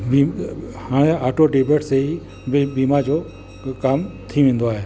बि हाणे auto debit से ई ब बीमा जो कमु थी वेंदो आहे